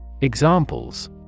Examples